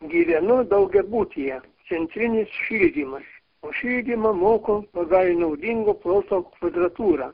gyvenu daugiabutyje centrinis šildymas už šildymą moku pagal naudingo ploto kvadratūrą